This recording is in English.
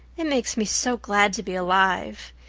it makes me so glad to be alive.